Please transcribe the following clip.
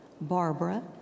Barbara